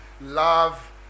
love